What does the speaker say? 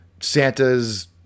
Santa's